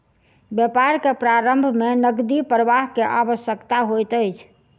व्यापार के प्रारम्भ में नकदी प्रवाह के आवश्यकता होइत अछि